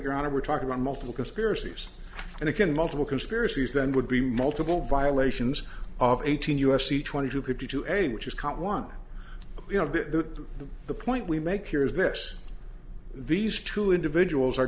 honor we're talking about multiple conspiracies and it can multiple conspiracies that would be multiple violations of eighteen u s c twenty two could you do any which is count one you know that the point we make here is that these two individuals are